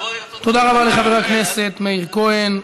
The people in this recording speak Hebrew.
תודה רבה לחבר הכנסת מאיר כהן.